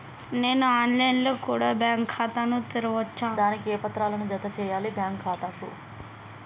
నేను online లో కూడా బ్యాంకు ఖాతా ను తెరవ వచ్చా? దానికి ఏ పత్రాలను జత చేయాలి బ్యాంకు ఖాతాకు?